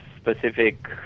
specific